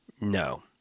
no